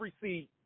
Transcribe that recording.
receive